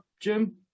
jim